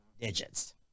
digits